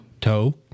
Toe